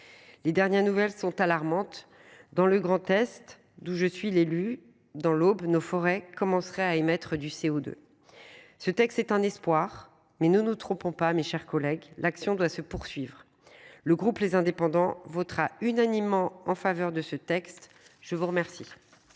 Les dernières nouvelles sont alarmantes dans le Grand-Est, d'où je suis l'élu dans l'Aube, nos forêts commencera à émettre du CO2. Ce texte est un espoir mais ne nous trompons pas, mes chers collègues, l'action doit se poursuivre. Le groupe les indépendants votera unanimement en faveur de ce texte. Je vous remercie.